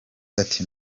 ati